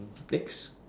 next